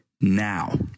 now